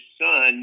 son